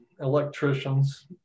electricians